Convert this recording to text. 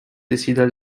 décida